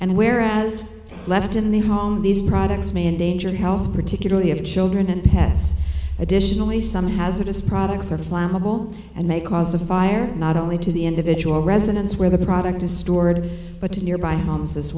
and where as left in the home these products may endanger the health particularly of children and pets additionally some hazardous products or flower well and may cause a fire not only to the individual residence where the product is stored but to nearby homes as